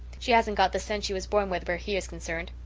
she hasn't got the sense she was born with where he is concerned.